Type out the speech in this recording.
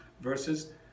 verses